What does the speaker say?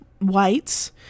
whites